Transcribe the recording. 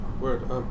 Word